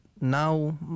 Now